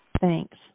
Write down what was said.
Thanks